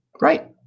Right